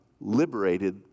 liberated